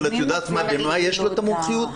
אבל את יודעת במה יש לו את המומחיות?